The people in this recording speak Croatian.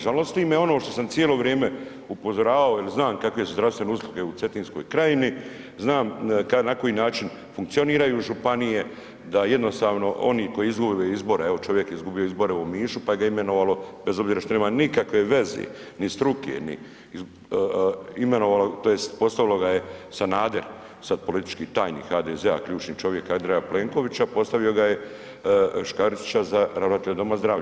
Žalosti me ono što sam cijelo vrijeme upozoravao jel znam kakve su zdravstvene usluge u Cetinskoj krajini, znam na koji način funkcioniraju županije, da jednostavno oni koji izgube izbore, evo čovjek je izgubio izbore u Omišu, pa ga je imenovalo bez obzira što nema nikakve veze, ni struke, ni, imenovalo tj. postavilo ga je Sanader, sad politički tajnik HDZ-a, ključni čovjek Andreja Plenkovića, postavio ga je Škaričića za ravnatelja doma zdravlja.